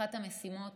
אחת המשימות